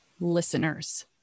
listeners